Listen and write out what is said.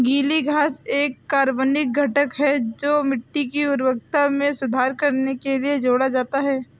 गीली घास एक कार्बनिक घटक है जो मिट्टी की उर्वरता में सुधार करने के लिए जोड़ा जाता है